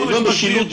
ללא משילות,